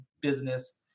business